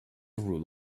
rule